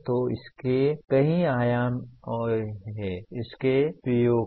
तो इसके कई आयाम हैं इस PO को